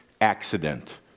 accident